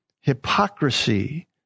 hypocrisy